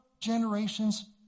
generations